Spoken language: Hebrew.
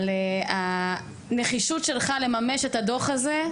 על הנחישות שלך לממש את הדו"ח הזה.